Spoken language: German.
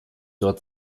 dort